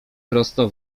prosto